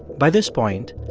by this point,